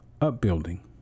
upbuilding